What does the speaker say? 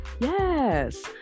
Yes